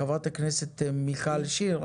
חברת הכנסת מיכל שיר,